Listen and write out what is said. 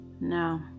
No